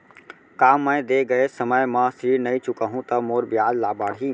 का मैं दे गए समय म ऋण नई चुकाहूँ त मोर ब्याज बाड़ही?